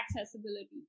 accessibility